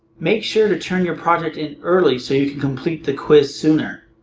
make sure to turn your project in early so you can complete the quiz sooner.